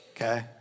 okay